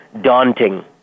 daunting